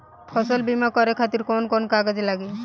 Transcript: फसल बीमा करे खातिर कवन कवन कागज लागी?